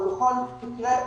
אבל בכל מקרה,